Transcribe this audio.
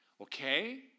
Okay